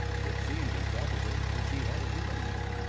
it seemed improbable that she had a given name,